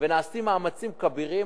ונעשים מאמצים כבירים.